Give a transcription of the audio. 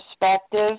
perspective